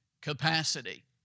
Capacity